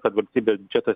kad valstybės biudžetas